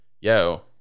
yo